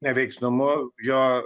neveiksnumu jo